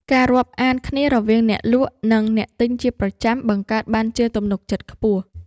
ការរាប់អានគ្នារវាងអ្នកលក់ និងអ្នកទិញជាប្រចាំ បង្កើតបានជាទំនុកចិត្តខ្ពស់។